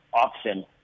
option